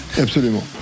Absolument